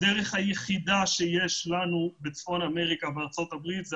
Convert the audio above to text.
הדרך היחידה שיש לנו בצפון אמריקה וארצות הברית היא